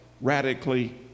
radically